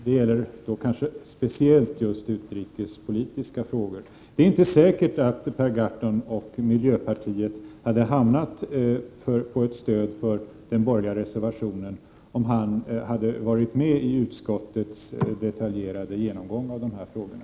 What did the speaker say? Det gäller kanske särskilt utrikespolitiska frågor. Det är inte säkert att Per Gahrton och miljöpartiet hade bestämt sig för ett stöd för den borgerliga reservationen, om man hade varit med i utskottets detaljerade genomgång av de här frågorna.